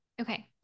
okay